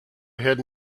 ahead